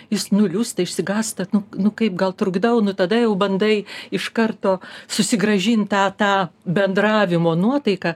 jis nuliūsta išsigąsta nu nu kaip gal trukdau nu tada jau bandai iš karto susigrąžint tą tą bendravimo nuotaiką